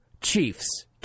Chiefs